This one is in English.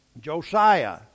Josiah